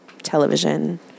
television